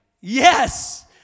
Yes